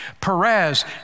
Perez